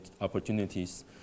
opportunities